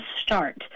start